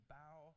bow